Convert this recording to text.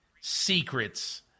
secrets